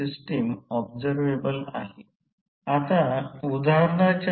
आणि हा भाग अनुलंब रित्या पाहिले तर हा भाग I2 Re2 sin ∅2